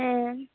ᱦᱮᱸ